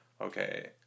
okay